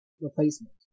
replacement